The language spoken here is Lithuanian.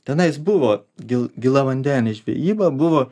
tenais buvo gil gilavandenė žvejyba buvo